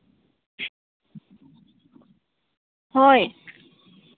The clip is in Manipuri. ꯍꯣꯏ